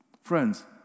Friends